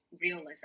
realism